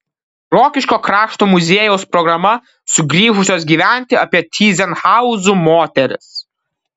rokiškio krašto muziejaus programa sugrįžusios gyventi apie tyzenhauzų moteris